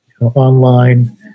online